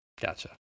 gotcha